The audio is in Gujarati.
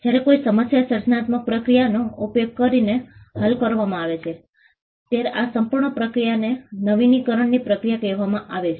જ્યારે કોઈ સમસ્યા સર્જનાત્મક પ્રક્રિયાનો ઉપયોગ કરીને હલ કરવામાં આવે છે ત્યારે આ સંપૂર્ણ પ્રક્રિયાને નવીનીકરણ ની પ્રક્રિયા કહેવામાં આવે છે